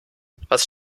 was